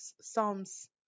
Psalms